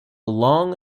long